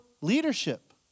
leadership